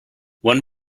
one